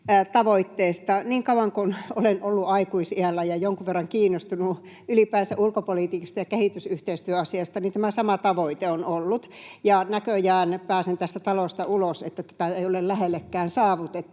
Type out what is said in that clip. tavoitteesta. Niin kauan kun olen ollut aikuis-iällä ja jonkun verran kiinnostunut ylipäänsä ulkopolitiikasta ja kehitysyhteistyöasiasta, niin tämä sama tavoite on ollut, ja näköjään pääsen tästä talosta ulos niin, että tätä ei ole lähellekään saavutettu.